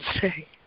say